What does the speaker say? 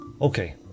Okay